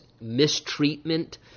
mistreatment